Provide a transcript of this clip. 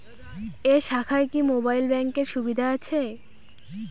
এই শাখায় কি মোবাইল ব্যাঙ্কের সুবিধা আছে?